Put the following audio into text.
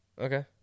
Okay